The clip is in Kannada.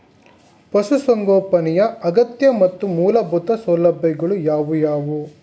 ಪಶುಸಂಗೋಪನೆಯ ಅಗತ್ಯ ಮತ್ತು ಮೂಲಭೂತ ಸೌಲಭ್ಯಗಳು ಯಾವುವು?